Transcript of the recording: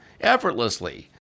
effortlessly